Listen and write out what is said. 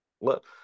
look